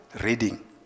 reading